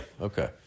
Okay